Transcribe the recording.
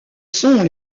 sont